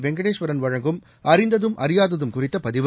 வெங்கடேஸ்வரன் வழங்கும் அறிந்ததும் அறியாததும் குறித்த பதிவு